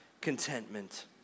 contentment